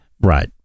Right